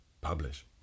publish